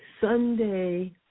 Sunday